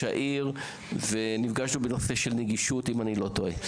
העיר ונפגשנו בנושא של נגישות אם אני לא טועה.